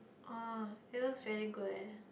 oh it looks really good leh